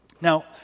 Now